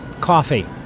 Coffee